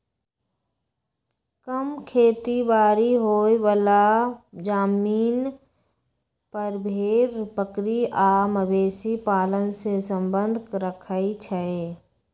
कम खेती बारी होय बला जमिन पर भेड़ बकरी आ मवेशी पालन से सम्बन्ध रखई छइ